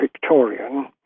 Victorian